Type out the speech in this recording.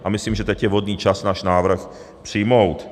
A myslím, že teď je vhodný čas náš návrh přijmout.